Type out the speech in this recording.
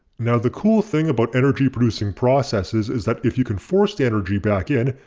now the cool thing about energy producing processes is that if you can force energy back in,